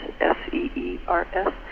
S-E-E-R-S